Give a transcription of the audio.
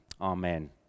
Amen